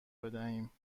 بدهیم